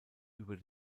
über